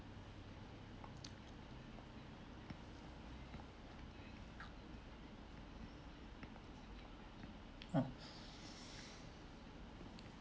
uh